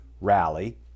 rally